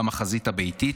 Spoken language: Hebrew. גם החזית הביתית.